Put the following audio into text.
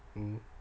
mm